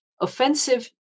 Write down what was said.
offensive